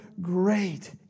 Great